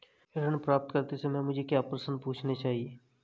ऋण प्राप्त करते समय मुझे क्या प्रश्न पूछने चाहिए?